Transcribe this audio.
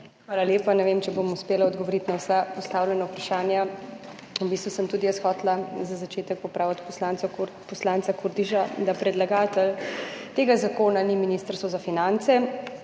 Hvala lepa. Ne vem, ali bom uspela odgovoriti na vsa postavljena vprašanja. V bistvu sem tudi jaz hotela za začetek popraviti poslanca Kordiša, da predlagatelj tega zakona ni Ministrstvo za finance,